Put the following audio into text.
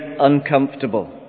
uncomfortable